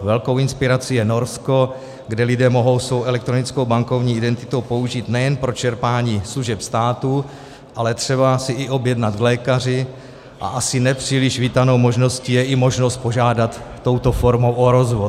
Velkou inspirací je Norsko, kde lidé mohou svou elektronickou bankovní identitu použít nejen pro čerpání služeb státu, ale třeba se i objednat k lékaři, a asi nepříliš vítanou možností je i možnost požádat touto formou o rozvod.